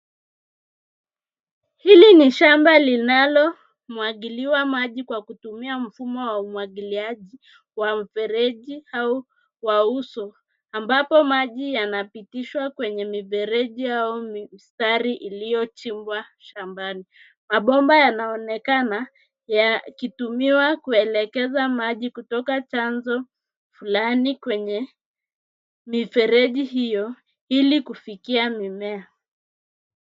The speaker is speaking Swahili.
Hili ni shamba linalomwagiliwa maji kwa kutumia mfumo wa umwagiliaji wa mfereji au wa uso; ambapo maji yanapitishwa kwenye mifereji au mistari iliyochimbwa shambani. Mabomba yanayoonekana ya kitumiwa kuelekeza maji kutoka chanzo flani kwenye mifereji hiyo ilikufikia mimea.